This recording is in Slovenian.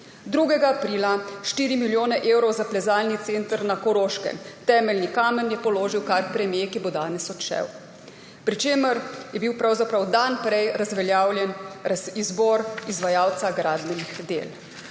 2. aprila 4 milijone evrov za plezalni center na Koroškem, temeljni kamen je položil kar premier, ki bo danes odšel, pri čemer je bil pravzaprav dan prej razveljavljen izbor izvajalca gradbenih del.